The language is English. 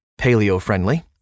Paleo-friendly